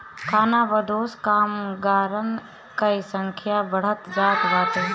खानाबदोश कामगारन कअ संख्या बढ़त जात बाटे